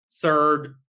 third